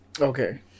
okay